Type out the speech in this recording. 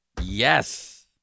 Yes